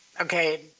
Okay